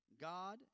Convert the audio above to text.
God